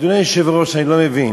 אדוני היושב-ראש, אני לא מבין,